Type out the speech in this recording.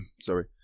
sorry